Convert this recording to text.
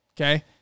okay